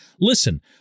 Listen